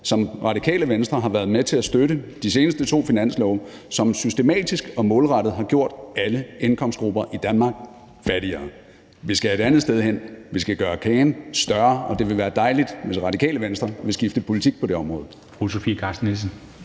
som Radikale Venstre har været med til at støtte, altså de seneste to finanslove, som systematisk og målrettet har gjort alle indkomstgrupper i Danmark fattigere. Vi skal et andet sted hen. Vi skal gøre kagen større, og det vil være dejligt, hvis Radikale Venstre vil skifte politik på det område.